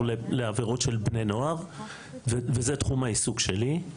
לעבירות של בני נוער וזה תחום העיסוק שלי,